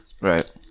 Right